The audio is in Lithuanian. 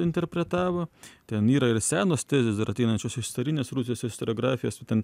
interpretavo ten yra ir senos tezės ir ateinančios iš carinės rusijos istoriografijos ten